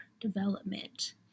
development